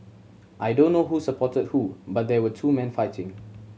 I don't know who supported who but there were two men fighting